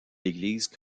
l’église